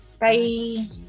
bye